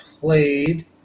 played